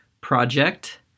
project